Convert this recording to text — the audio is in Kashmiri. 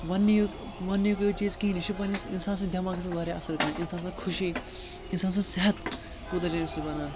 وَننی یوت وَننُک یوت چیٖز کِہیٖںۍ یہِ چھِ پنٛںِس اِنسان سٕنٛدِس دٮ۪ماغَس مںٛز واریاہ اثر کَران اِنسان سٕنٛز خُوشی اِنسان سُنٛد صحت کوٗتاہ چھِ اَمہِ سۭتۍ بَنان